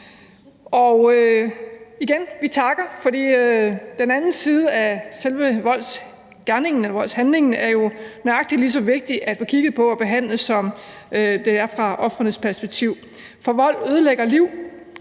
for forslaget, for den anden side af voldshandlingen er jo nøjagtig lige så vigtig at få kigget på og behandlet, som det er at se det fra ofrenes perspektiv. For vold ødelægger liv,